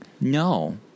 No